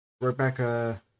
Rebecca